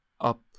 up